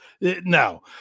No